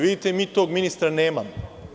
Vidite, mi tog ministra nemamo.